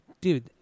dude